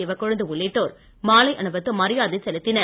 சிவக்கொழுந்து உள்ளிட்டோர் மாலை அணிவித்து மரியாதை செலுத்தினர்